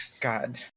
god